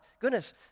Goodness